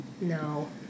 No